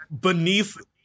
Beneath